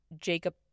Jacob